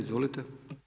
Izvolite.